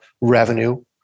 revenue